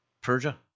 Persia